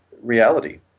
reality